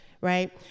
right